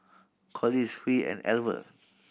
Collis Huy and Alver